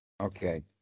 Okay